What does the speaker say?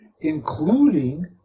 including